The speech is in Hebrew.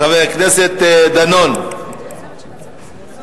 חבר הכנסת דני דנון, בבקשה.